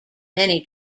many